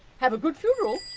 have a good funeral!